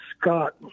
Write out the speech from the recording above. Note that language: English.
scott